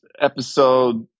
Episode